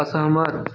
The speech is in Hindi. असहमत